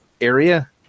area